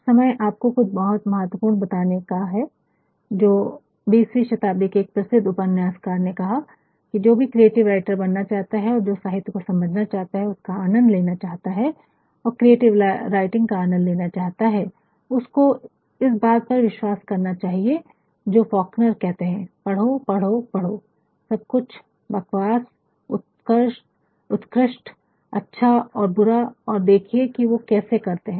अब समय आपको कुछ बहुत महत्वपूर्ण बताने का जो 20th शताब्दी के एक प्रसिद्ध उपन्यासकार ने कहा की जो भी क्रिएटिव राइटर बनना चाहता है और जो साहित्य को समझना चाहता है और उसका आनंद लेना चाहता है और क्रिएटिव राइटिंग का आनंद लेना चाहता है उसको इस बात पर विश्वास करना चाहिए जो फॉकनेर कहते है पढ़ो पढ़ो पढ़ो सब कुछ बकवास उत्कर्ष्ट अच्छा और बुरा और देखिये की वो कैसे करते है